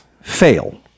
fail